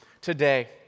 today